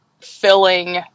filling